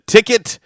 Ticket